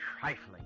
trifling